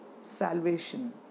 salvation